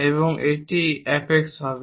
এবং এটি এপেক্স হবে